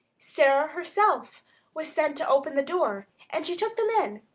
sara herself was sent to open the door, and she took them in.